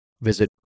visit